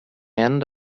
end